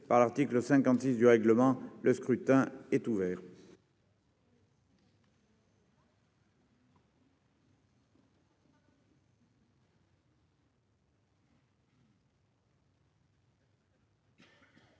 par l'article 56 du règlement. Le scrutin est ouvert.